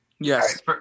Yes